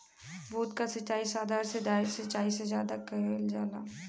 बूंद क सिचाई साधारण सिचाई से ज्यादा कईल जाला